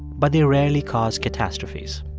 but they rarely cause catastrophes